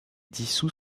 dissout